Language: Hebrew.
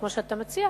כמו שאתה מציע,